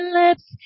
lips